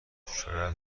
شاید